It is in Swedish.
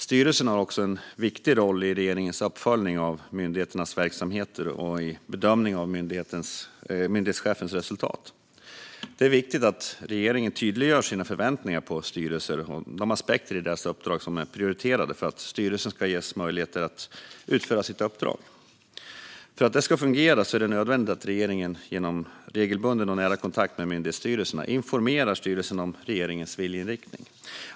Styrelsen har också en viktig roll i regeringens uppföljning av myndighetens verksamhet och i bedömningen av myndighetschefens resultat. Det är viktigt att regeringen tydliggör sina förväntningar på styrelser och de aspekter i deras uppdrag som är prioriterade för att styrelsen ska ges möjligheter att utföra sitt uppdrag. För att detta ska fungera är det nödvändigt att regeringen genom regelbunden och nära kontakt med myndighetsstyrelserna informerar styrelsen om regeringens viljeinriktning.